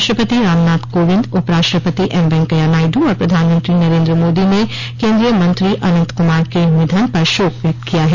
राष्ट्रपति रामनाथ कोविंद उपराष्ट्रपति एम वेंकैया नायडू और प्रधानमंत्री नरेन्द्र मोदी ने केन्द्रीय मंत्री अनंत कुमार के निधन पर शोक व्यक्त किया है